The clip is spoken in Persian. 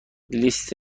لیست